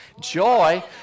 joy